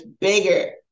bigger